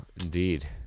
indeed